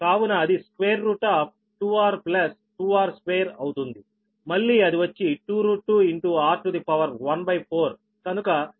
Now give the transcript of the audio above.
కావున అది square root of 2 r plus 2 r square అవుతుంది మళ్లీ అది వచ్చి 2 2ఇంటూ r to the power 1 by 4